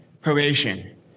probation